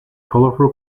colourful